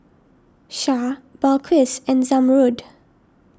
Shah Balqis and Zamrud